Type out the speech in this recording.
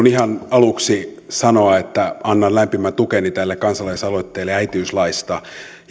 sanoa että annan lämpimän tukeni tälle kansalaisaloitteelle äitiyslaista